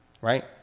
right